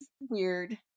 weird